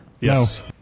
Yes